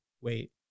wait